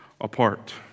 apart